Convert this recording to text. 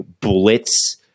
blitz